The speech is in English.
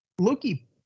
Loki